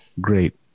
Great